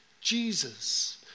Jesus